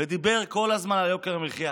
ודיבר כל הזמן על יוקר המחיה,